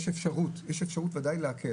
יש אפשרות להקל.